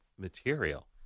material